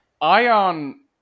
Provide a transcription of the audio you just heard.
Ion